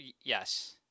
yes